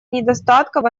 недостатков